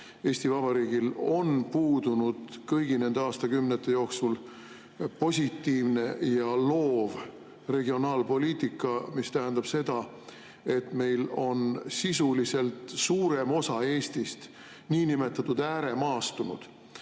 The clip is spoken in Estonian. Eesti Vabariigil on puudunud kõigi nende aastakümnete jooksul positiivne ja loov regionaalpoliitika. See tähendab seda, et meil on sisuliselt suurem osa Eestist nii-öelda ääremaastunud,